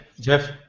Jeff